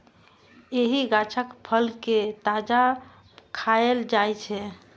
एहि गाछक फल कें ताजा खाएल जाइ छै